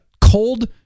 cold